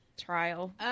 trial